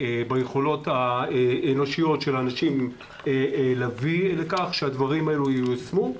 ביכולות האנושיות של האנשים להביא לכך שהדברים האלה ייושמו.